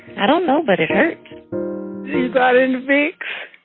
i don't know, but it hurts you got any vicks?